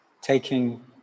taking